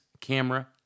camera